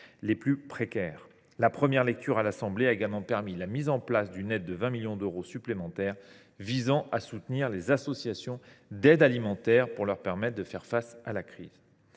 les plus précaires. La première lecture y a aussi permis la mise en place d’une aide, dotée de 20 millions d’euros supplémentaires, visant à soutenir les associations d’aide alimentaire pour leur permettre de faire face à la crise.